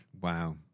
Wow